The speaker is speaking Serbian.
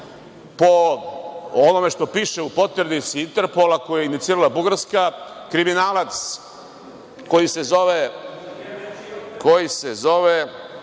po onome što piše u poternici Interpola koju je inicirala Bugarska, kriminalac koji se zove